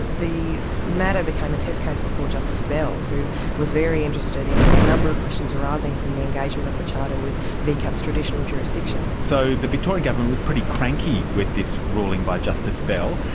the matter became a test case before justice bell, who was very interested in a number of questions arising from the engagement of the charter with vcat's traditional jurisdiction. so, the victorian government was pretty cranky with this ruling by justice bell,